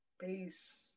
Peace